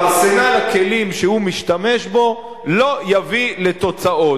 ארסנל הכלים שהוא משתמש בו לא יביא לתוצאות.